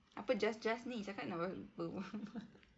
apa just just ini cakap nak berbual